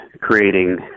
creating